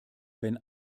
wenn